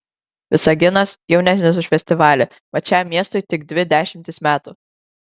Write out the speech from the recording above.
visaginas jaunesnis už festivalį mat šiam miestui tik dvi dešimtys metų